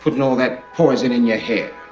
putting all that poison in your hair